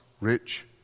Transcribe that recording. rich